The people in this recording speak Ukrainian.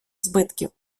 збитків